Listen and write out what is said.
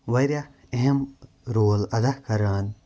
واریاہ اہم رول ادا کَران